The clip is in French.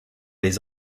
les